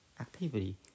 activity